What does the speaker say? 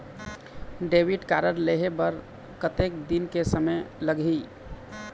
Debit card लेहे बर कतेक दिन के समय लगही?